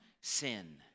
sin